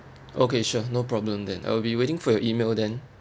okay sure no problem then I'll be waiting for your email then